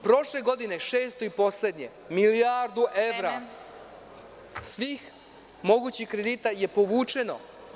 Prošle godine, to je šesto i poslednje, milijardu evra svih mogućih kredita je povučeno.